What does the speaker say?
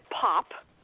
pop